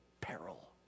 peril